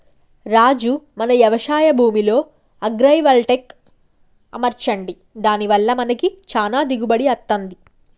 రాజు మన యవశాయ భూమిలో అగ్రైవల్టెక్ అమర్చండి దాని వల్ల మనకి చానా దిగుబడి అత్తంది